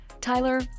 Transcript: Tyler